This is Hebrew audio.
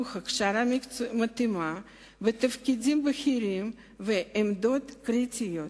הכשרה מתאימה בתפקידים בכירים ובעמדות קריטיות.